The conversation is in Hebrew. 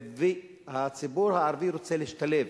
הציבור הערבי רוצה להשתלב,